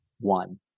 one